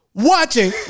Watching